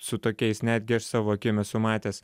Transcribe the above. su tokiais netgi aš savo kieme esu matęs